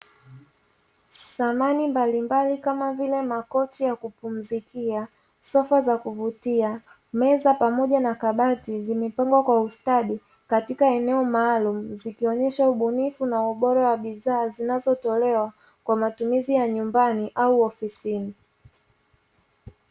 Samani mbalimbali kama vile makochi ya kumpumzikia, sofa za kuvutia meza pamoja na kabati zimepangwa kwa ustadi katika eneo maalumu, zikionesha ubunifu na ubora wa bidhaa zinazotolewa kwa matumizi ya nyumbani au ofisini.